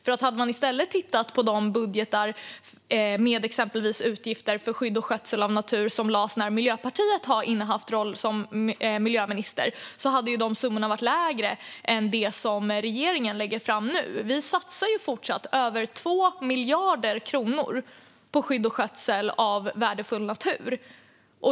Om man i stället hade tittat på de budgetar med exempelvis utgifter för skydd och skötsel av natur som lades fram när Miljöpartiet innehade rollen som miljöminister hade man sett att summorna är lägre än dem som regeringen nu lägger fram. Vi satsar fortsatt över 2 miljarder kronor på skydd och skötsel av värdefull natur.